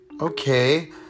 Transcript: okay